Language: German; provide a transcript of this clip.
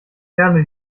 ferne